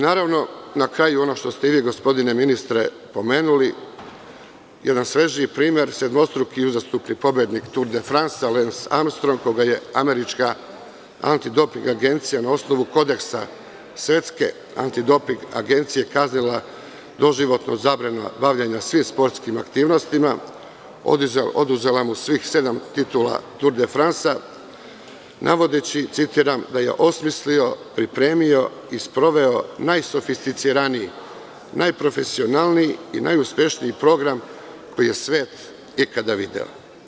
Naravno, na kraju, i ono što ste vi, gospodine ministre pomenuli, jedan svežiji primer, sedmostruki i uzastopni pobednik Tur de Fransa, Levs Armstrong, koga je američka antidoping agencija, na osnovu kodeksa Svetske antidoping agencije, kaznila doživotno, zabranom bavljenja svim sportskim aktivnostima, oduzela mu svih sedam titula Tur de Fransa, navodeći da je – osmislio, pripremio i sproveo najprofesionalniji i najuspešniji program, koji je svet ikada video.